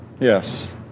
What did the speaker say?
Yes